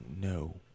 no